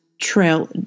trail